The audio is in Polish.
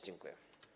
Dziękuję.